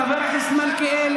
חבר הכנסת מלכיאלי,